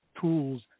tools